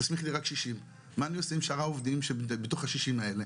תסמיך לי רק 60. מה אני עושה עם שאר העובדים שהם בתוך ה-60 האלה?